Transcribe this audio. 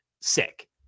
sick